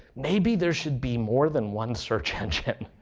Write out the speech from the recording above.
maybe there should be more than one search engine.